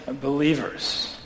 believers